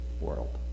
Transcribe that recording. world